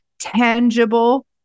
tangible